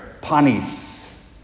panis